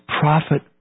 prophet